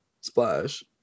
Splash